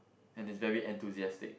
and he's very enthusiastic